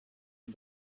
and